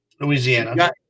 Louisiana